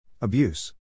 Abuse